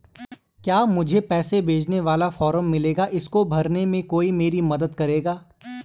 क्या मुझे पैसे भेजने वाला फॉर्म मिलेगा इसको भरने में कोई मेरी मदद करेगा?